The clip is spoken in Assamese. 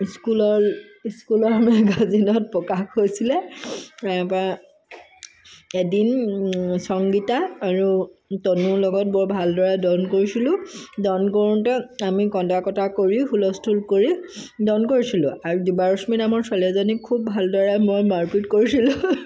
স্কুলৰ স্কুলৰ মেগাজিনত প্ৰকাশ হৈছিলে এদিন চংগীতা আৰু তনুৰ লগত বৰ ভালদৰে দন কৰিছিলো দন কৰোঁতে আমি কন্দা কটা কৰি হুলস্থুল কৰি দন কৰিছিলো আৰু দিবাৰশ্মী নামৰ ছোৱালী এজনী খুব ভালদৰে মই মাৰপিট কৰিছিলো